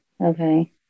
Okay